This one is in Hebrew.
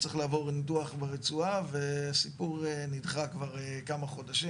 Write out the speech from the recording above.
וצריך לעבור ניתוח ברצועה וזה נדחה כבר כמה חודשים.